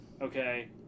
okay